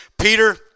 Peter